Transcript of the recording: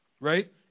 Right